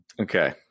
okay